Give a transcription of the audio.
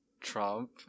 Trump